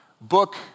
book